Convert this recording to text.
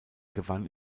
gewann